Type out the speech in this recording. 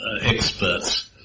experts